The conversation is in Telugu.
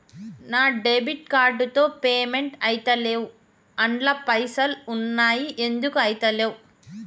నా డెబిట్ కార్డ్ తో పేమెంట్ ఐతలేవ్ అండ్ల పైసల్ ఉన్నయి ఎందుకు ఐతలేవ్?